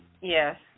Yes